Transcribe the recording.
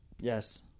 Yes